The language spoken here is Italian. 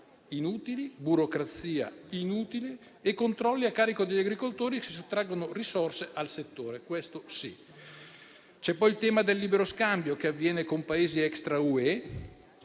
inutili, burocrazia inutile e controlli a carico degli agricoltori che sottraggono risorse al settore. C'è poi il tema del libero scambio che avviene con Paesi extra UE